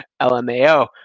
LMAO